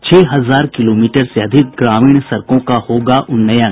छह हजार किलोमीटर से अधिक ग्रामीण सड़कों का होगा उन्नयन